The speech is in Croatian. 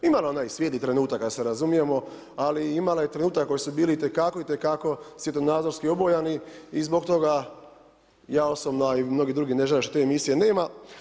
Imala je ona i svijetlih trenutaka da se razumijemo, ali imala je trenutaka koji su bili itekako, itekako svjetonazorski obojani i zbog toga ja osobno, a i mnogi drugi ne žale što te emisije nema.